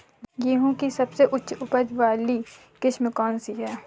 गेहूँ की सबसे उच्च उपज बाली किस्म कौनसी है?